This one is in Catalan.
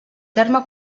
terme